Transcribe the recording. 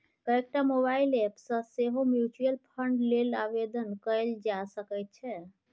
कएकटा mobile app सँ सेहो म्यूचुअल फंड लेल आवेदन कएल जा सकैत छै